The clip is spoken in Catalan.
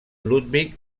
ludwig